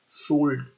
Sold